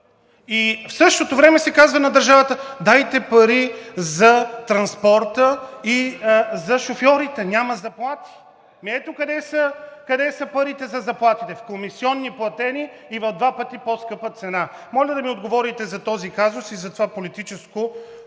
и в същото време се казва на държавата: „Дайте пари за транспорта и за шофьорите – няма заплати.“ Ето къде са парите за заплатите – в комисиони платени и в два пъти по-скъпа цена. Моля да ми отговорите за този казус и за това политическо